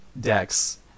decks